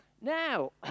Now